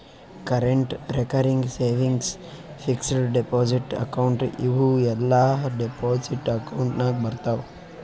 current, recurring, savings, fixed deposit account ಇವೂ ಎಲ್ಲಾ deposit account ನಾಗ್ ಬರ್ತಾವ್